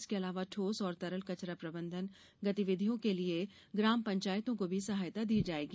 इसके अलावा ठोस और तरल कचरा प्रबंधन गतिविधियों के लिए ग्राम पंचायतों को भी सहायता दी जाएगी